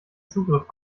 zugriff